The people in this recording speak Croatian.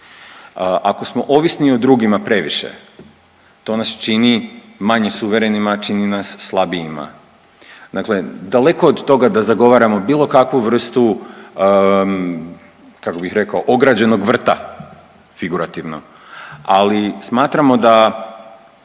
Ako smo ovisni o drugima previše to nas čini manje suverenima, čini nas slabijima. Dakle, daleko od toga da zagovaramo bilo kakvu vrstu kako bih rekao ograđenog vrta figurativno. Ali smatramo da